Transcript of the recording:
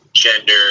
gender